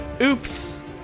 Oops